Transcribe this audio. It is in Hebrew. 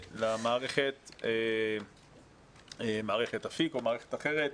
למערכת אפיק או מערכת אחרת.